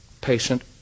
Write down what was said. patient